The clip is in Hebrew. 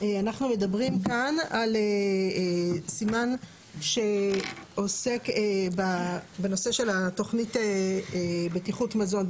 אנחנו מדברים כאן על סימן שעוסק בנושא של התוכנית בטיחות מזון.